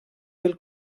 del